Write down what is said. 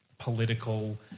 political